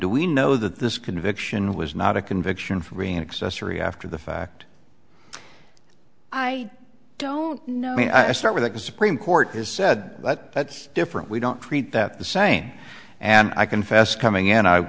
do we know that this conviction was not a conviction for being excess or e after the fact i don't know i start with the supreme court has said that that's different we don't treat that the same and i confess coming